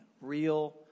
real